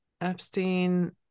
epstein